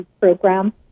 Program